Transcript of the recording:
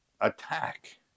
attack